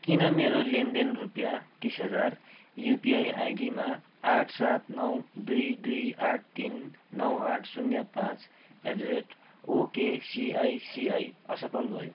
किन मेरो लेनदेन रुपियाँ तिस हजार युपिआई आइ़डीमा आठ सात नौ दुई दुई आठ तिन नौ आठ शून्य पाँच एट द रेट ओकेसिआइसिआइ असफल भयो